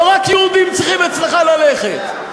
או רק יהודים צריכים אצלך ללכת?